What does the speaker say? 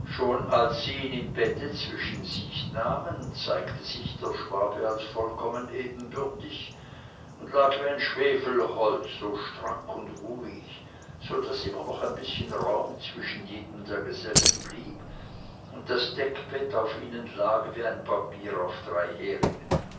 schon als sie ihn im bette zwischen sich nahmen zeigte sich der schwabe als vollkommen ebenbürtig und lag wie ein schwefelholz so strack und ruhig so daß immer noch ein bißchen raum zwischen jedem der gesellen blieb und das deckbett auf ihnen lag wie ein papier auf drei heringen